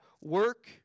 work